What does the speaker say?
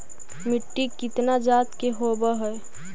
मिट्टी कितना जात के होब हय?